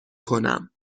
کنم